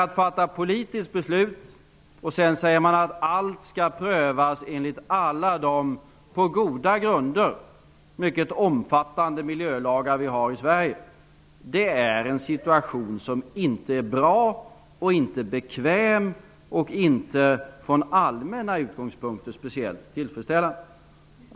Att fatta politiska beslut och sedan säga att allt skall prövas enligt alla de, på goda grunder, mycket omfattande miljölagar som vi har i Sverige är en situation, som inte är bra, som inte är bekväm och som från allmänna utgångspunkter inte är speciellt tillfredsställande.